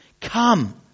come